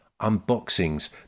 unboxings